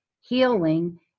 healing